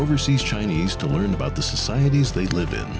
overseas chinese to learn about the societies they live in